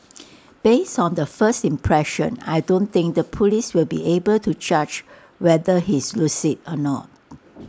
based on the first impression I don't think the Police will be able to judge whether he's lucid or not